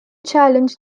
challenge